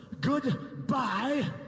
goodbye